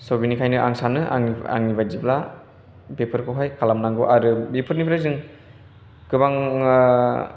स' बेनिखायनो आं सानो आंनि बायदिब्ला बेफोरखौहाय खालामनांगौ आरो बेफोरनिफ्राय जों गोबां